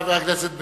חבר הכנסת בן-ארי,